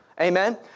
Amen